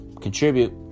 contribute